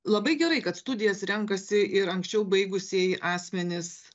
labai gerai kad studijas renkasi ir anksčiau baigusieji asmenys